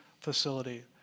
Facility